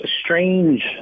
strange